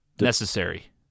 necessary